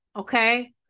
okay